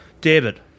David